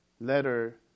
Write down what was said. letter